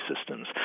systems